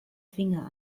finger